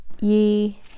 ye